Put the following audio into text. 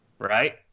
Right